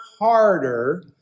harder